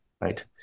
Right